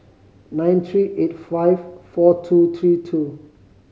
nine three eight five four two two two